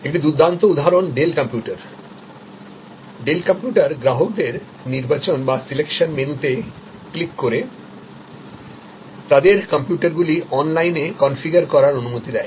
একটি দুর্দান্ত উদাহরণ ডেল কম্পিউটার ডেল কম্পিউটার গ্রাহকদের নির্বাচন বা সিলেকশন মেনুতে ক্লিক করে তাদের কম্পিউটারগুলি অনলাইনে কনফিগার করার অনুমতি দেয়